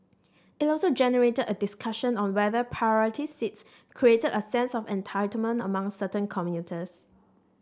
it also generated a discussion on whether priority seats created a sense of entitlement among certain commuters